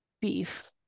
beef